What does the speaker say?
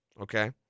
okay